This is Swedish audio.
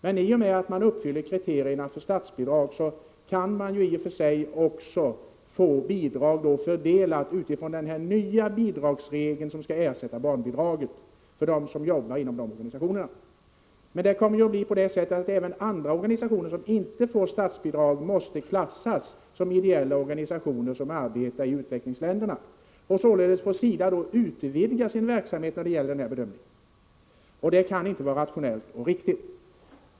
Men i och med att man uppfyller kriterierna för statsbidrag kan man också få bidrag fördelat utifrån den nya bidragsregeln, som skall ersätta barnbidragen för dem som arbetar inom dessa organisationer. Men då måste även andra organisationer — som inte får statsbidrag — klassas som ideella organisationer som arbetar i utvecklingsländerna. Således får SIDA då utvidga sin verksamhet när det gäller den här bedömningen, och det kan inte vara rationellt och riktigt.